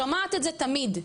שומעת את זה תמיד.